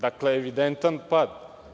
Dakle, evidentan je pad.